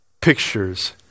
pictures